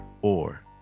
Four